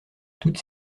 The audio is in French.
toute